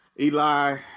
Eli